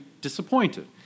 disappointed